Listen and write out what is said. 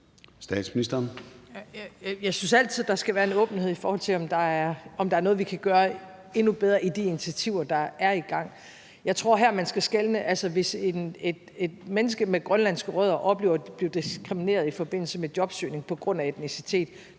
Jeg synes altid, der skal være en åbenhed, i forhold til om der er noget, vi kan gøre endnu bedre i de initiativer, der er i gang. Jeg tror, man skal skelne her. Altså hvis et menneske med grønlandske rødder oplever at blive diskrimineret i forbindelse med jobsøgning på grund af etnicitet,